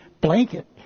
blanket